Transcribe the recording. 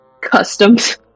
customs